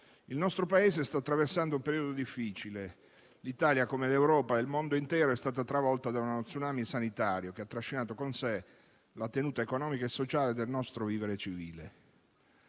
il nostro Paese sta attraversando un periodo difficile. L'Italia, come l'Europa e il mondo intero, è stata travolta da uno *tsunami* sanitario, che ha trascinato con sé la tenuta economica e sociale del nostro vivere civile.